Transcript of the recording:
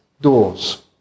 Doors